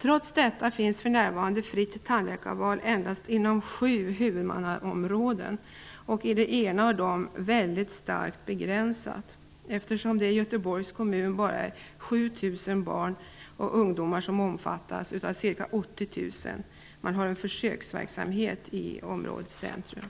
Trots detta finns det för närvarande fritt tandläkarval endast inom sju huvudmannaområden. I Göteborg är valet mycket starkt begränsat, eftersom endast 7 000 barn och ungdomar omfattas -- av ca 80 000 -- av en försöksverksamhet i områdets centrum.